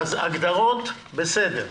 ההגדרות בסדר.